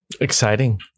exciting